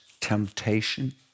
temptation